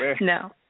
No